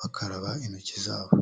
bakaraba intoki zabo.